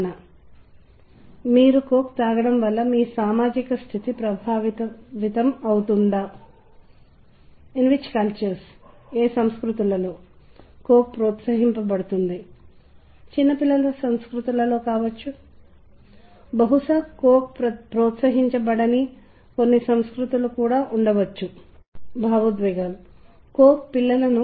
మనం చర్చించినట్లుగా అవి సాంస్కృతిక ప్రభావాలను కూడా కలిగి ఉంటాయి మరియు సాధారణంగా ఒకదానికొకటి అనుసరించే సంగీతాన్ని మనం కనుగొంటాము నేను సంతోషకరమైన సంగీతాన్ని వింటున్నాను మరియు నేను విచారకరమైన సంగీతాన్ని వింటున్నట్లయితే విచారకరమైన సంగీతం చాలా విచారంగా ఉన్నట్లు అనిపిస్తుంది